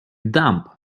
dumb